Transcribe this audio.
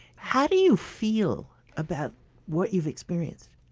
how do you feel about what you've experienced?